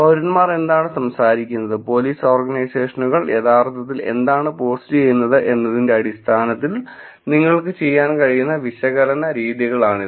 പൌരന്മാർ എന്താണ് സംസാരിക്കുന്നത് പോലീസ് ഓർഗനൈസേഷനുകൾ യഥാർത്ഥത്തിൽ എന്താണ് പോസ്റ്റുചെയ്യുന്നത് എന്നതിന്റെ അടിസ്ഥാനത്തിൽ നിങ്ങൾക്ക് ചെയ്യാൻ കഴിയുന്ന വിശകലന രീതികളാണിത്